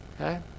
okay